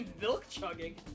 Milk-chugging